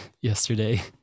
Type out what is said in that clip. yesterday